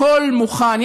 הכול מוכן,